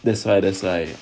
that's why that's why